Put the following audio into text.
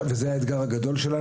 זה האתגר הגדול שלנו.